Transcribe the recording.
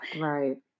Right